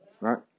Right